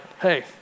hey